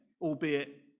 albeit